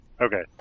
Okay